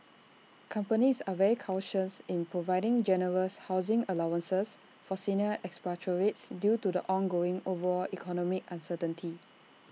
companies are very cautious in providing generous housing allowances for senior expatriates due to the ongoing overall economic uncertainty